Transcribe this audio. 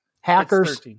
hackers